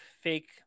fake